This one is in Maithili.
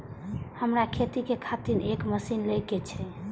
हमरा खेती के खातिर एक मशीन ले के छे?